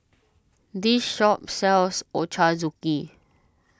this shop sells Ochazuke